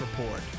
Report